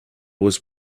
was